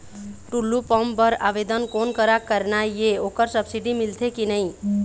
Tullu pump बर आवेदन कोन करा करना ये ओकर सब्सिडी मिलथे की नई?